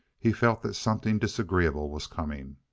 he felt that something disagreeable was coming.